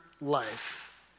life